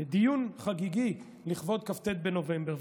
דיון חגיגי לכבוד כ"ט בנובמבר.